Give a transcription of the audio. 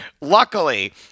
luckily